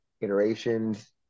iterations